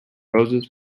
roses